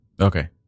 Okay